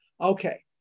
Okay